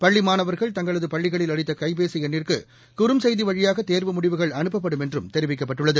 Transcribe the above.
பள்ளி மாணவர்கள் தங்களது பள்ளிகளில் அளித்த கைபேசி எண்ணிற்கு குறுஞ்செய்தி வழியாக தேர்வு முடிவுகள் அனுப்பப்படும் என்றும் தெரிவிக்கப்பட்டுள்ளது